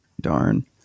Darn